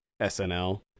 SNL